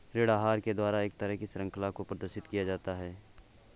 ऋण आहार के द्वारा एक तरह की शृंखला को प्रदर्शित किया जाता है